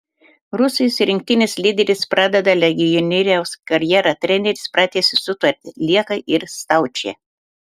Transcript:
rusijos rinktinės lyderis pradeda legionieriaus karjerą treneris pratęsė sutartį lieka ir staučė